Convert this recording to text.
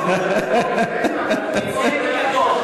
זה פיקדון.